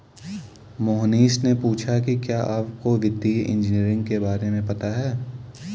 मोहनीश ने पूछा कि क्या आपको वित्तीय इंजीनियरिंग के बारे में पता है?